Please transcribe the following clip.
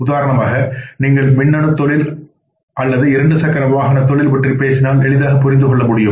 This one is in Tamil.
உதாரணமாக நீங்கள் மின்னணுத் தொழில் அல்லது இரண்டு சக்கர வாகனத் தொழில் பற்றிப் பேசினால் எளிதாக புரிந்து கொள்ள முடியும்